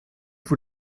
vous